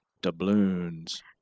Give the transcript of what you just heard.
doubloons